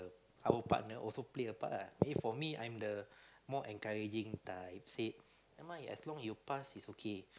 our partner also play a part ah for me I'm the more encouraging I said never mind as long as you pass is okay